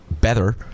better